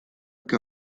que